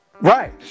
Right